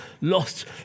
lost